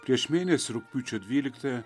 prieš mėnesį rugpjūčio dvyliktąją